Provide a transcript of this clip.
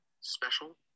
special